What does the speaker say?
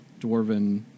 dwarven